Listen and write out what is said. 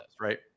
Right